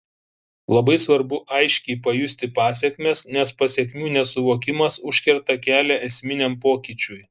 labai svarbu aiškiai pajusti pasekmes nes pasekmių nesuvokimas užkerta kelią esminiam pokyčiui